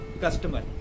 customer